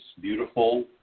beautiful